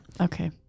Okay